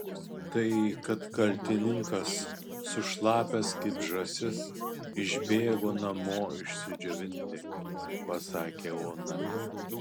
tai kad kaltininkas sušlapęs kaip žąsis išbėgo namo išsidžiovinti pasakė ona